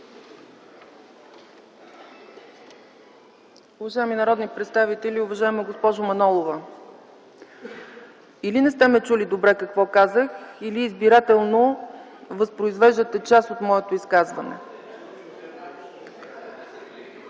Уважаеми народни представители, уважаема госпожо Манолова! Или не сте ме чули добре какво казах, или избирателно възпроизвеждате част от моето изказване.